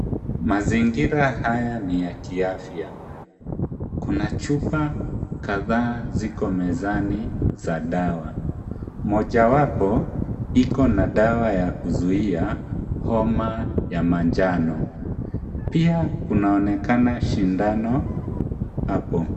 Mazingira haya ni ya kiafya, kuna chupa kadhaa ziko mezani za dawa, mojawapo iko na dawa ya kuzuia homa ya manjano, pia kunaonekana sindano hapo.